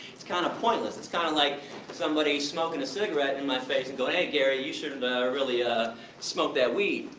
it's kinda kind of pointless. it's kinda like somebody smoking a cigarette in my face and go hey gary, you shouldn't really ah smoke that weed.